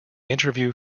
interview